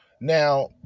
Now